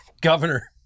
governor